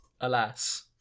Alas